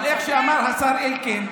אבל איך שאמר השר אלקין,